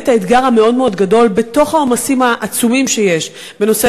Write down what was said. באמת האתגר המאוד-מאוד גדול בתוך העומס העצום שיש בנושא